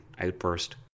outburst